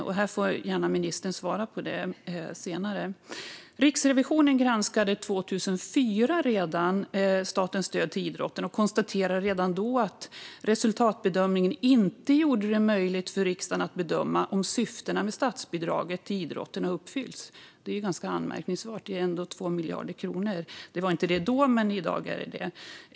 Detta får ministern gärna svara på senare. Riksrevisionen granskade redan 2004 statens stöd till idrotten och konstaterade då att resultatbedömningen inte gjorde det möjligt för riksdagen att bedöma om syftena med statsbidraget till idrotten har uppfyllts. Detta är ganska anmärkningsvärt - det är ändå 2 miljarder kronor. Det var inte det då, men det är det i dag.